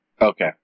Okay